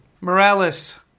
Morales